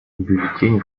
бюллетени